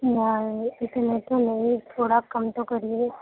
نہیں اتنے تو نہیں تھوڑا کم تو کریے